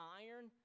iron